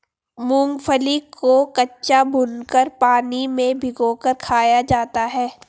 मूंगफली को कच्चा, भूनकर, पानी में भिगोकर खाया जाता है